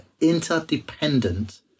interdependent